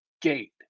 gate